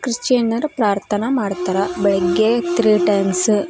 ಕ್ರಿಶ್ಚಿಯನ್ನರು ಪ್ರಾರ್ಥನೆ ಮಾಡ್ತಾರ ಬೆಳಿಗ್ಗೆ ತ್ರೀ ಟೈಮ್ಸ